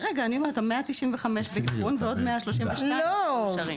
כרגע, אני אומרת 195 באבחון ועוד 132 שמאושרים.